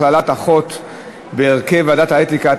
הכללת אחות בהרכב ועדת האתיקה),